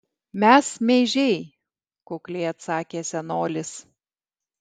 mes meižiai kukliai atsakė senolis